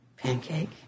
Pancake